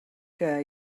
que